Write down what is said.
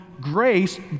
Grace